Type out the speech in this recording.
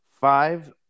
Five